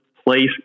place